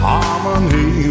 Harmony